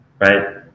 Right